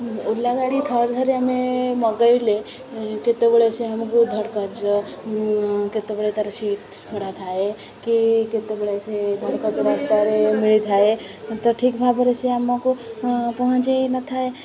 ଓଲା ଗାଡ଼ି ଥରେ ଧରି ଆମେ ମଗାଇଲେ କେତେବେଳେ ସେ ଆମକୁ ଧଡ଼କଜ କେତେବେଳେ ତା'ର ସିଟ୍ ଖଡ଼ା ଥାଏ କି କେତେବେଳେ ସେ ଧଡ଼କଜ ରାସ୍ତାରେ ମିଳିଥାଏ ତ ଠିକ୍ ଭାବରେ ସେ ଆମକୁ ପହଞ୍ଚାଇ ନଥାଏ